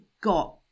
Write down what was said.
got